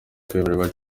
kwemerwa